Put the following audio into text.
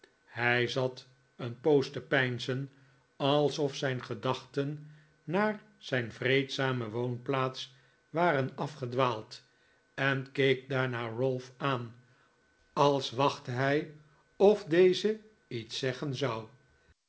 hij zat een poos te peinzen alsof zijn gedachten naar zijn vreedzame woonplaats waren afgedwaald en keek daarna ralph aan als wachtte hij of deze iet s zeggen zou